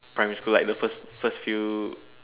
primary school like the first first few